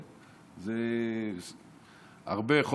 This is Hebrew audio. זה ארבה,